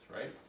right